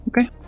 Okay